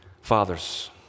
Fathers